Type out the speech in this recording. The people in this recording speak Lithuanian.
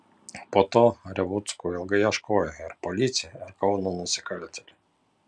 po to revuckų ilgai ieškojo ir policija ir kauno nusikaltėliai